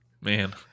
man